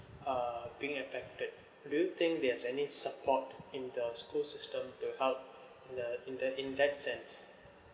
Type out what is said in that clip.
uh being affected do you think there's any support in the school system to help in the in the in that sense